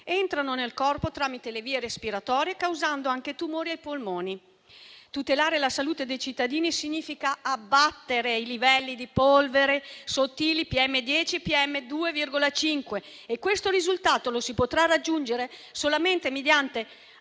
entrano nel corpo tramite le vie respiratorie, causando anche tumori ai polmoni. Tutelare la salute dei cittadini significa abbattere i livelli di polveri sottili PM10 e PM2,5 e questo risultato lo si potrà raggiungere solamente mediante